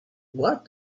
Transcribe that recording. what